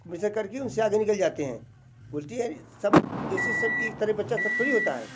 competition कर के उन से आगे निकल जाते हैं बोलते हैं यार सब जैसे सब एक तरह बच्चा सब थोड़ी होता है